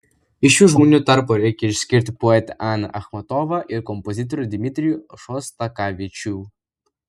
iš šių žmonių tarpo reikia išskirti poetę aną achmatovą ir kompozitorių dmitrijų šostakovičių